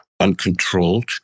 uncontrolled